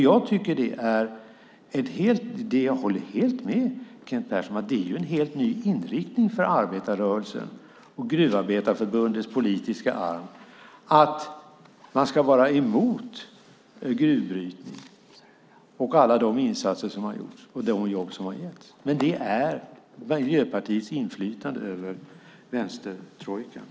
Jag håller med Kent Persson om att det är en helt ny inriktning för arbetarrörelsen och gruvarbetarförbundens politiska arv att man ska vara emot gruvbrytning och alla de insatser som gjorts och de jobb som det har gett. Men det är Miljöpartiets inflytande över vänstertrojkan.